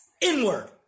inward